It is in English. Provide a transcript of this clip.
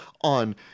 on